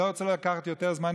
אני לא רוצה לקחת יותר זמן.